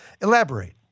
Elaborate